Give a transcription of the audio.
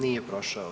Nije prošao.